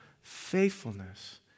faithfulness